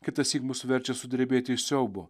kitąsyk mus verčia sudrebėti iš siaubo